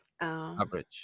average